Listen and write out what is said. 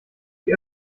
die